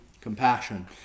Compassion